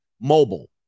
mobile